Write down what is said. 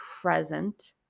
present